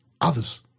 Others